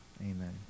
amen